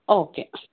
okay